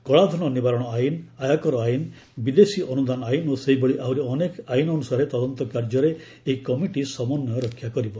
କଳାଧନ ନିବାରଣ ଆଇନ ଆୟକର ଆଇନ ବିଦେଶୀ ଅନୁଦାନ ଆଇନ ଓ ସେହିଭଳି ଆହୁରି ଅନେକ ଆଇନ ଅନୁସାରେ ତଦନ୍ତ କାର୍ଯ୍ୟରେ ଏହି କମିଟି ସମନ୍ୱୟ ରକ୍ଷା କରିବ